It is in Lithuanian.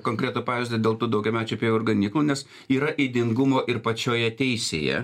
konkretų pavyzdį dėl tų daugiamečių pievų ir ganyklų nes yra ydingumo ir pačioje teisėje